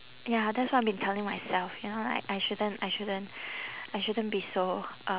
ya that's what I've been telling myself you know like I shouldn't I shouldn't I shouldn't be so uh